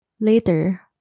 Later